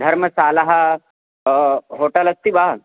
धर्मशाला hotel अस्ति वा